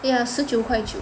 ya 十九块九